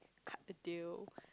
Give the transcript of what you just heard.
cut the deal